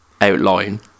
outline